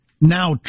Now